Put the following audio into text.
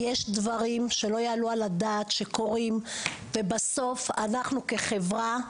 יש דברים שלא יעלו על הדעת שקורים ובסוף אנחנו כחברה,